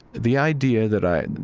the idea that i,